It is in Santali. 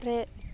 ᱨᱮ